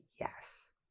yes